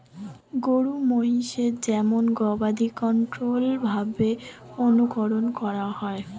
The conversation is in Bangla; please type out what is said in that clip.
গরু মহিষের যেমন গবাদি কন্ট্রোল্ড ভাবে অনুকরন করা হয়